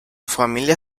familia